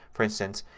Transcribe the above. for instance,